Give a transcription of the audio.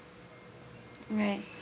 right